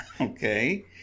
Okay